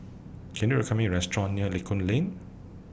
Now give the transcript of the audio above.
Can YOU recommend Me A Restaurant near Lincoln Lane